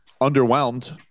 underwhelmed